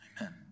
Amen